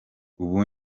ubu